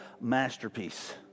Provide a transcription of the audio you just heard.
masterpiece